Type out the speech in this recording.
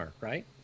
right